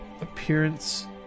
appearance